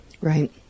Right